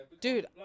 Dude